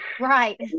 Right